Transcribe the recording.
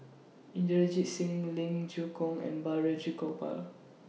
Inderjit Singh Ling Geok Choon and Balraj Gopal